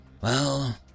Well